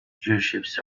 gearshifts